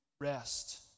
rest